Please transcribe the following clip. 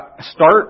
start